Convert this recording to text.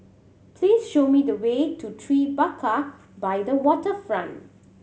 please show me the way to Tribeca by the Waterfront